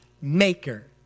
maker